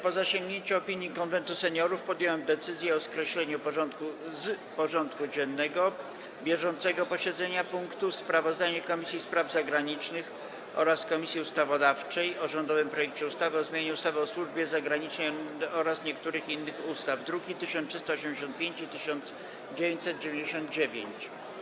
Po zasięgnięciu opinii Konwentu Seniorów podjąłem decyzję o skreśleniu z porządku dziennego bieżącego posiedzenia punktu: Sprawozdanie Komisji Spraw Zagranicznych oraz Komisji Ustawodawczej o rządowym projekcie ustawy o zmianie ustawy o służbie zagranicznej oraz niektórych innych ustaw, druki nr 1385 i 1999.